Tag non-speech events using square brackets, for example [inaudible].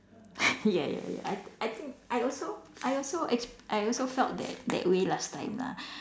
[laughs] ya ya ya I t~ I think I also I also exp~ I also felt that that way last time lah